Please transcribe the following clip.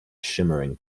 shimmering